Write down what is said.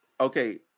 Okay